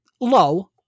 low